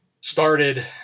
started